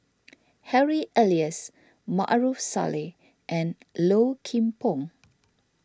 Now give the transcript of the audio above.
Harry Elias Maarof Salleh and Low Kim Pong